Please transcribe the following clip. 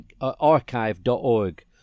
archive.org